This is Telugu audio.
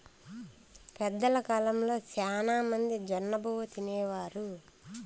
పెద్దల కాలంలో శ్యానా మంది జొన్నబువ్వ తినేవారు